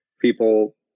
people